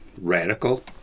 radical